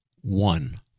One